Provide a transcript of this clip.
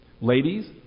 Ladies